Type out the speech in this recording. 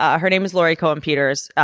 ah her name is laurie cohen peters.